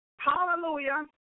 hallelujah